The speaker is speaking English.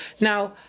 Now